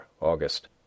August